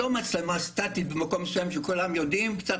לא מצלמה סטטית במקום מסוים שכולם יודעים שקצת